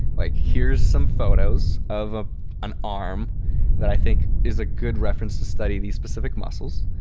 like here is some photos of ah an arm that i think is a good reference to study these specific muscles.